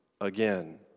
again